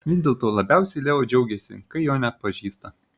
vis dėlto labiausiai leo džiaugiasi kai jo neatpažįsta